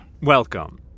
Welcome